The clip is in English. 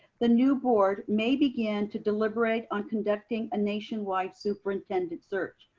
the new board may begin to deliberate on conducting a nationwide superintendent search.